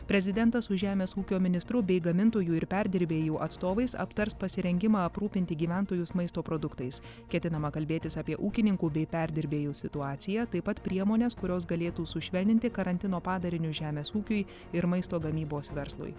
prezidentas su žemės ūkio ministru bei gamintojų ir perdirbėjų atstovais aptars pasirengimą aprūpinti gyventojus maisto produktais ketinama kalbėtis apie ūkininkų bei perdirbėjų situaciją taip pat priemones kurios galėtų sušvelninti karantino padarinius žemės ūkiui ir maisto gamybos verslui